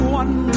one